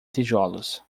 tijolos